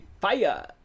fire